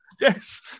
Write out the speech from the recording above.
Yes